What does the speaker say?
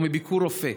או מביקורופא,